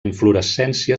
inflorescència